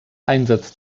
einsatz